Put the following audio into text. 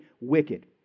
wicked